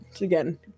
Again